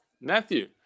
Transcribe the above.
Matthew